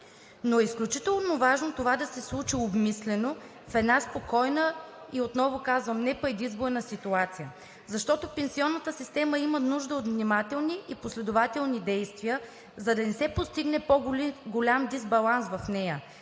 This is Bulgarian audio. но е изключително важно това да се случи обмислено, в една спокойна и, отново казвам, непредизборна ситуация. Пенсионната система има нужда от внимателни и последователни действия, за да не се постигне по-голям дисбаланс в нея,